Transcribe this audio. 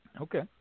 Okay